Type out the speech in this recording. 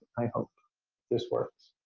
i hope this works.